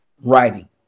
writing